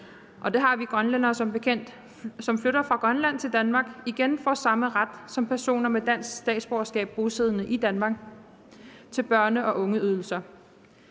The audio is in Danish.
og det har vi grønlændere som bekendt – som flytter fra Grønland til Danmark, igen får samme ret som personer med dansk statsborgerskab bosiddende i Danmark til børne- og ungeydelser.